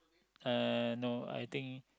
uh no I think